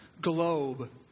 globe